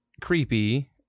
creepy